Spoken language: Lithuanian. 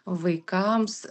o vaikams